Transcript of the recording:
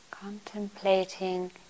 contemplating